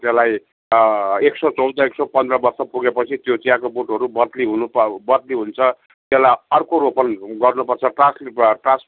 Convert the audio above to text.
त्यसलाई एक सय चौध एक सय पन्ध्र वर्ष पुगेपछि त्यो चियाको बोटहरू बदली हुनु प बदली हुन्छ त्यसलाई अर्को रोपनी गर्नु पर्छ ट्रास